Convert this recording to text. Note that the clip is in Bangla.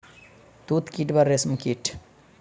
তুত কীট বা রেশ্ম কীট